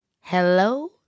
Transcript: Hello